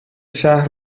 شهر